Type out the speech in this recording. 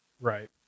Right